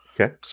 Okay